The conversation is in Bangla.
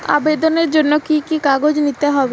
আবেদনের জন্য কি কি কাগজ নিতে হবে?